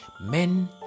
men